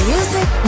Music